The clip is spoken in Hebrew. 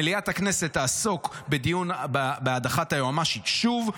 מליאת הכנסת תעסוק בהדחת היועמ"שית שוב.